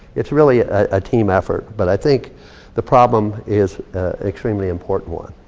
it's really a team effort. but i think the problem is an extremely important one.